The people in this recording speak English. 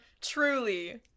truly